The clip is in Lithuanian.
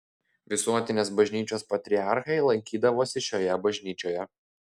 visuotinės bažnyčios patriarchai lankydavosi šioje bažnyčioje